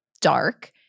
dark